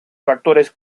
factores